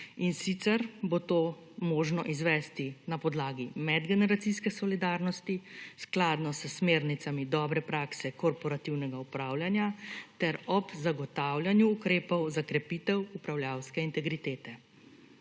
in sicer bo to možno izvesti na podlagi medgeneracijske solidarnost, skladno s smernicami dobre prakse korporativnega upravljanja ter ob zagotavljanju ukrepov za krepitev upravljavske integritete.